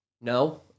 No